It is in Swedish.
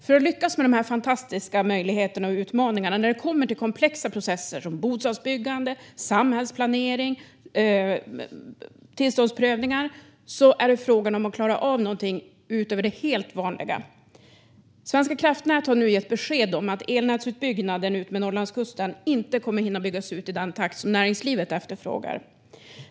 För att lyckas med dessa fantastiska möjligheter och utmaningar när det kommer till komplexa processer som bostadsbyggande, samhällsplanering och tillståndsprövningar är det fråga om att klara av något helt utöver det vanliga. Svenska kraftnät har nu gett besked om att elnätsutbyggnaden utmed Norrlandskusten inte kommer att kunna ske i den takt som näringslivet efterfrågar.